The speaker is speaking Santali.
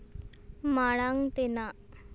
ᱢᱟᱲᱟᱝ ᱛᱮᱱᱟᱜ